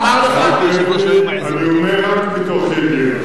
אמר לך, האמן לי שאני אומר רק מתוך ידיעה.